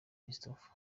christopher